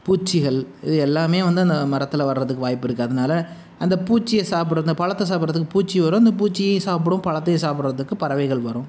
பூச்சிகள் இது எல்லாமே வந்து அந்த மரத்தில் வரதுக்கு வாய்ப்பு இருக்கு அதனால அந்த பூச்சியை சாப்பிட அந்த பழத்தை சாப்பிட்றதுக்கு பூச்சி வரும் அந்த பூச்சியையும் சாப்பிடும் பழத்தையும் சாப்பிட்றதுக்கு பறவைகள் வரும்